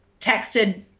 texted